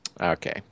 Okay